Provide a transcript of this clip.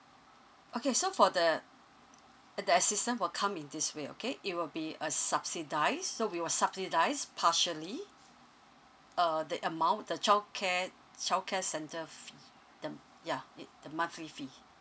okay so for the uh the assistance will come in this way okay it will be a subsidized so we will subsidize partially uh the amount the childcare childcare center f~ the ya it the monthly fee